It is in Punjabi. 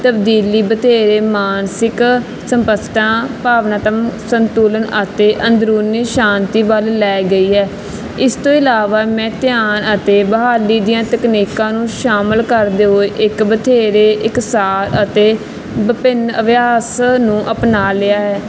ਤਬਦੀਲੀ ਬਥੇਰੇ ਮਾਨਸਿਕ ਸਪਸ਼ਟਾਂ ਭਾਵਨਾਤਮਕ ਸੰਤੁਲਨ ਅਤੇ ਅੰਦਰੂਨੀ ਸ਼ਾਂਤੀ ਵੱਲ ਲੈ ਗਈ ਹੈ ਇਸ ਤੋਂ ਇਲਾਵਾ ਮੈਂ ਧਿਆਨ ਅਤੇ ਬਹਾਲੀ ਦੀਆਂ ਤਕਨੀਕਾਂ ਨੂੰ ਸ਼ਾਮਲ ਕਰ ਦੇ ਹੋਏ ਇੱਕ ਬਥੇਰੇ ਇੱਕ ਸਾਲ ਅਤੇ ਵਿਭਿੰਨ ਅਭਿਆਸ ਨੂੰ ਅਪਣਾ ਲਿਆ ਹੈ